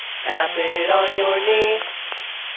tap it on your knee.